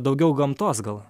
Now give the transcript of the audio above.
daugiau gamtos gal